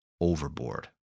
overboard